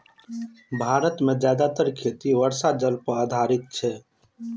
भारत मे जादेतर खेती वर्षा जल पर आधारित छै